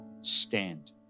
stand